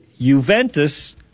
Juventus